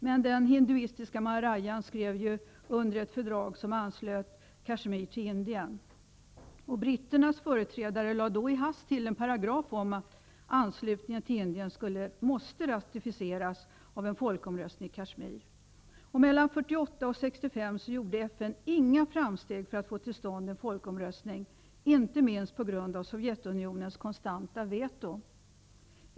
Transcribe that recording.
Men den hinduistiska maharadjan skrev under ett fördrag som innebar att Kashmir anslöts till Indien. Britternas företrädare lade då i all hast till en paragraf om att anslutningen till Indien måste ratificeras av en folkomröstning i Kashmir. Mellan 1948 och 1965 gjorde FN inga framsteg när det gällde att få till stånd en folkomröstning, inte minst på grund av Sovjetunionens konstanta veto.